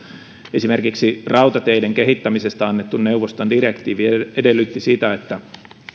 esimerkiksi rautateiden kehittämisestä annettu neuvoston direktiivi edellytti sitä että